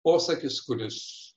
posakis kuris